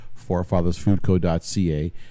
forefathersfoodco.ca